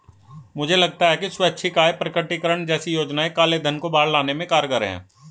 मुझे लगता है कि स्वैच्छिक आय प्रकटीकरण जैसी योजनाएं काले धन को बाहर लाने में कारगर हैं